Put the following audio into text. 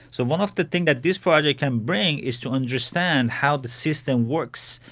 so one of the things that this project can bring is to understand how the system works,